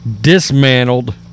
dismantled